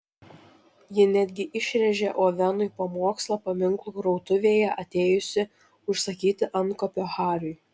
ji netgi išrėžė ovenui pamokslą paminklų krautuvėje atėjusi užsakyti antkapio hariui